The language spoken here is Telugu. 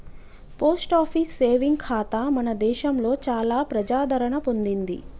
పోస్ట్ ఆఫీస్ సేవింగ్ ఖాతా మన దేశంలో చాలా ప్రజాదరణ పొందింది